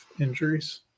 injuries